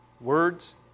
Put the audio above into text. words